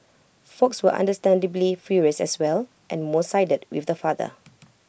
folks were understandably furious as well and most sided with the father